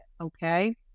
okay